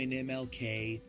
and m, l, k.